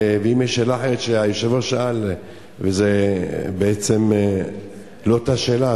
ואם יש שאלה אחרת שהיושב-ראש שאל וזה בעצם לא אותה שאלה,